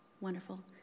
Wonderful